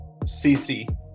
CC